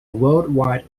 worldwide